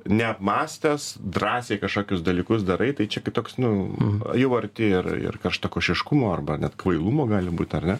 neapmąstęs drąsiai kažkokius dalykus darai tai čia kai toks nu jau arti ir ir karštakošiškumo arba net kvailumo gali būt ar ne